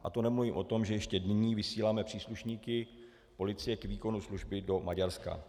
A to nemluvím o tom, že ještě nyní vysíláme příslušníky policie k výkonu služby do Maďarska.